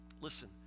Listen